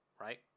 right